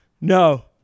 no